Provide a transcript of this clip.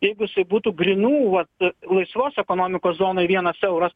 jeigu jisai būtų grynų vat laisvos ekonomikos zonoj vienas euras